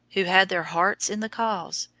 who had their hearts in the cause,